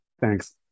thanks